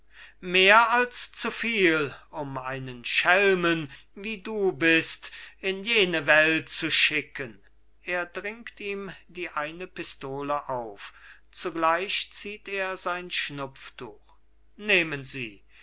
mehr als zu viel um einen schelmen wie du bist in jene welt zu schicken er dringt ihm die eine pistole auf zugleich zieht er sein schnupftuch nehmen sie